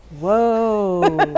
Whoa